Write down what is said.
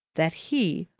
that he,